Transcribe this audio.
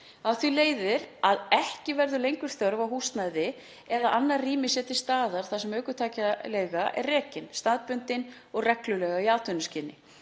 Af því leiðir að ekki verður lengur þörf á húsnæði eða því að annað rými sé til staðar þar sem ökutækjaleiga rekin, staðbundin og reglulega í atvinnuskyni.